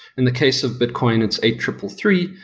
in the case of bitcoin, it's a triple three,